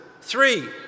Three